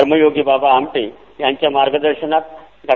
कर्मयोगी बाबा आमटे यांच्या मार्गदर्शनात डॉ